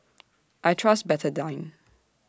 I Trust Betadine